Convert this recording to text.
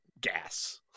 gas